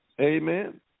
Amen